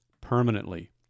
permanently